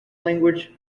language